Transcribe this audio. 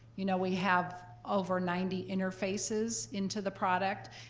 you know we have over ninety interfaces into the product,